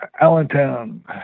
Allentown